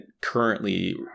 currently